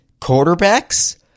quarterbacks